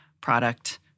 product